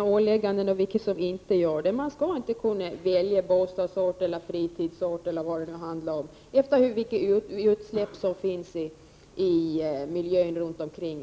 åläggs dem. Man skall alltså inte kunna välja bostadsort eller fritidsort med tanke på vilka utsläpp som finns i miljön runt omkring.